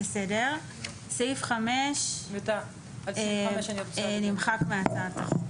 סעיף 5 נמחק מהצעת החוק.